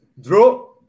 draw